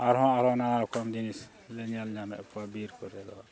ᱟᱨᱦᱚᱸ ᱟᱨᱦᱚᱸ ᱱᱟᱱᱟ ᱨᱚᱠᱚᱢ ᱡᱤᱱᱤᱥ ᱞᱮ ᱧᱮᱞ ᱧᱟᱢᱮᱫ ᱠᱚᱣᱟ ᱵᱤᱨ ᱠᱚᱨᱮ ᱫᱚ